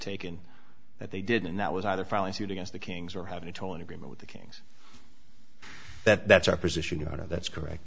taken that they did and that was either filing suit against the kings or having a tolling agreement with the kings that that's our position your honor that's correct